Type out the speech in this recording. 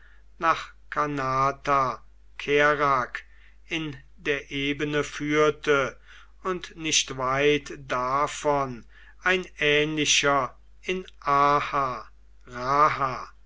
nach kanatha kerak in der ebene führte und nicht weit davon ein ähnlicher in arrha